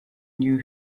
new